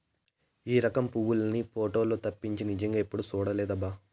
ఈ రకం పువ్వుల్ని పోటోలల్లో తప్పించి నిజంగా ఎప్పుడూ చూడలేదబ్బా